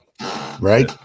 right